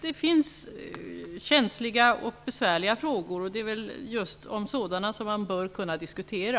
Det finns känsliga och besvärliga frågor, och det är väl just om sådana som man bör kunna diskutera.